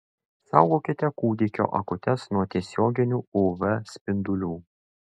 saugokite kūdikio akutes nuo tiesioginių uv spindulių